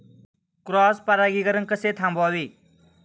Cross परागीकरण कसे थांबवावे?